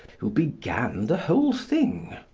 who began the whole thing.